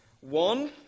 one